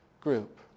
group